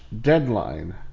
deadline